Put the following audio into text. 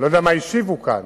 אני לא יודע מה השיבו כאן,